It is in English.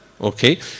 Okay